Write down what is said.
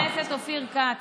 חבר הכנסת אופיר כץ,